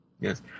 Yes